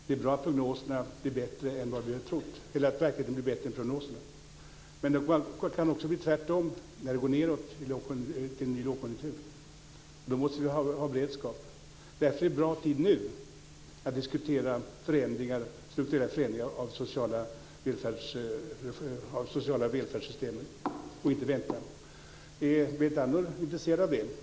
Det är bra att verkligheten är bättre än prognoserna. Men det kan också bli tvärtom när det går nedåt till en ny lågkonjunktur. Då måste vi ha beredskap. Därför är det bra att redan nu diskutera strukturella förändringar av sociala välfärdssystem och inte vänta. Är Berit Andnor intresserad av det?